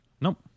nope